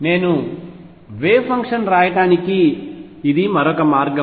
నేను wave function రాయడానికి ఇది మరొక మార్గం